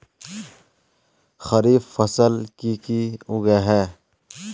खरीफ फसल की की उगैहे?